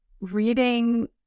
reading